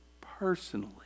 personally